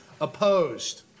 opposed